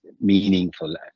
meaningful